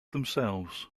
themselves